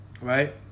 right